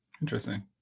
interesting